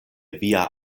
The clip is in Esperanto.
via